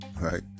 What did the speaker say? right